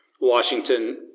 Washington